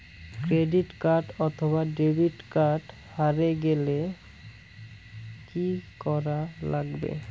Credit card অথবা debit card হারে গেলে কি করা লাগবে?